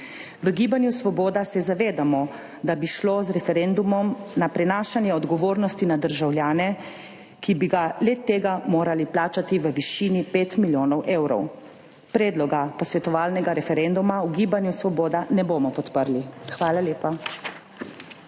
V gibanju Svoboda se zavedamo, da bi šlo z referendumom na prenašanje odgovornosti na državljane, ki bi ga le tega morali plačati v višini 5 milijonov evrov. Predloga posvetovalnega referenduma v gibanju Svoboda ne bomo podprli. Hvala lepa.